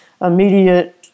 immediate